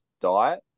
diet